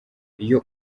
iyo